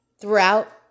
throughout